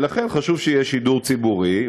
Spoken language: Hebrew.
לכן, חשוב שיהיה שידור ציבורי.